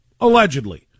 allegedly